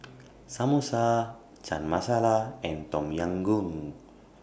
Samosa Chana Masala and Tom Yam Goong